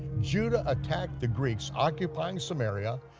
judah attacked the greeks occupying samaria,